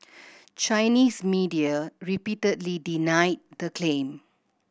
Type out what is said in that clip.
Chinese media repeatedly denied the claim